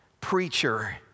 preacher